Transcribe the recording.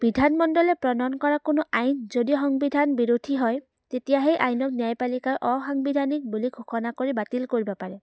বিধানমণ্ডলে প্ৰণয়ন কৰা কোনো আইন যদি সংবিধান বিৰুধী হয় তেতিয়া সেই আইনক ন্যায়পালিকাই অসাংবিধানিক বুলি ঘোষণা কৰি বাতিল কৰিব পাৰে